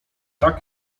tak